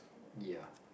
ya